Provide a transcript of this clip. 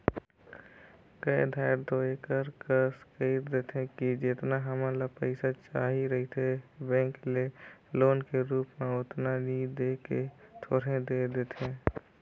कए धाएर दो एकर कस कइर देथे कि जेतना हमन ल पइसा चाहिए रहथे बेंक ले लोन के रुप म ओतना नी दे के थोरहें दे देथे